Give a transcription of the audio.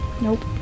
Nope